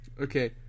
Okay